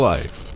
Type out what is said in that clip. Life